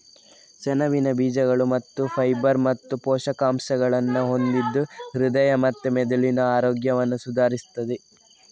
ಸೆಣಬಿನ ಬೀಜಗಳು ಹೆಚ್ಚು ಫೈಬರ್ ಮತ್ತು ಪೋಷಕಾಂಶಗಳನ್ನ ಹೊಂದಿದ್ದು ಹೃದಯ ಮತ್ತೆ ಮೆದುಳಿನ ಆರೋಗ್ಯವನ್ನ ಸುಧಾರಿಸ್ತದೆ